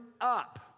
up